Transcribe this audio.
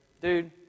dude